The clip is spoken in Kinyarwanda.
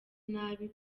nabi